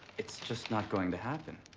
it's just not going to happen.